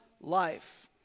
life